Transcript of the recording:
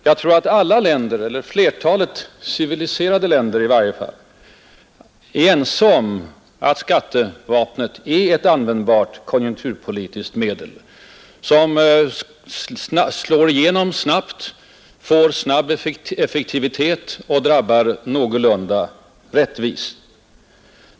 Jag tror att alla länder eller i varje fall flertalet civiliserade länder är ense om att skattevapnet är ett användbart konjunkturpolitiskt medel, som slår igenom snabbt, når effektivitet snabbt och drabbar någorlunda rättvist.